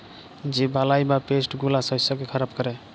যে বালাই বা পেস্ট গুলা শস্যকে খারাপ ক্যরে